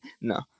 No